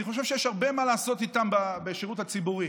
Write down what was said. אני חושב שיש הרבה מה לעשות איתם בשירות הציבורי.